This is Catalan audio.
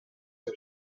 seu